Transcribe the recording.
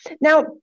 Now